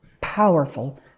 powerful